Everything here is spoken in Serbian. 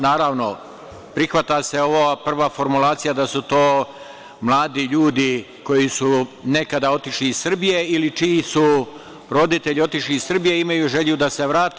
Naravno, prihvata se ova prva formulacija da su to mladi ljudi koji su nekada otišli iz Srbije ili čiji su roditelji otišli iz Srbije i imaju želju da se vrate.